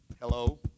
Hello